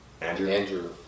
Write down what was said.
Andrew